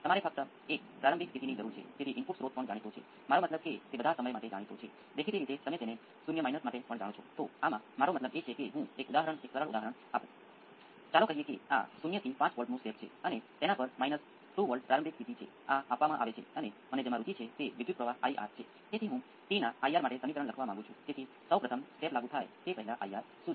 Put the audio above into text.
હવે અહીંની બધી સમસ્યાઓ સૌથી પહેલા ગણતરીમાં થોડી વધારે જટિલ છે તમે આને ચોક્કસાઈથી માપી શકો છો તે જોઈ શકે છે કે આપણે શું અપેક્ષા રાખીએ છીએ અને વધુ મહત્વની વાત એ છે કે અહીં અન્ય સામગ્રીઓ હશે જે વાસ્તવિક ઇનપુટને ખલેલ પહોંચાડે છે જે તમારી પાસે અહીયા વાયર છે